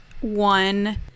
one